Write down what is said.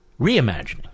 reimagining